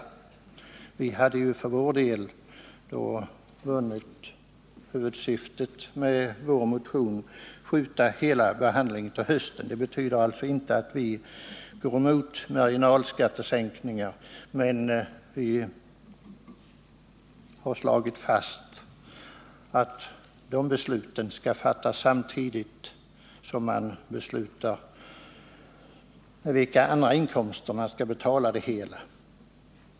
Vi hade ju för vår del då vunnit huvudsyftet med vår motion: att uppskjuta hela behandlingen till hösten. Det betyder inte att vi går emot marginalskattesänkningar, men vi har slagit fast att beslut om skattesänkningar skall fattas samtidigt som beslut fattas om vilka andra inkomster som skall betala det hela.